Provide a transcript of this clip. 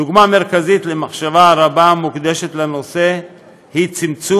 דוגמה מרכזית למחשבה הרבה המוקדשת לנושא היא צמצום